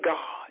God